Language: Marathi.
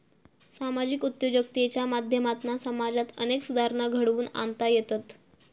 सामाजिक उद्योजकतेच्या माध्यमातना समाजात अनेक सुधारणा घडवुन आणता येतत